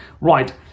Right